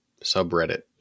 subreddit